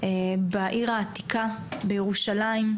בעיר העתיקה בירושלים,